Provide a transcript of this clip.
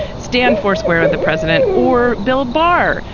stand foursquare, the president or bill barr,